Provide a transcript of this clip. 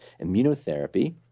immunotherapy